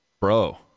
bro